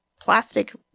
plastic